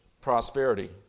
prosperity